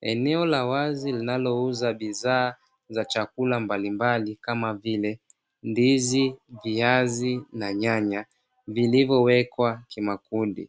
Eneo la wazi linalo uza bidhaa za chakula mbalimbali kama vile: ndizi, viazi na nyanya vilivyo wekwa kimakundi,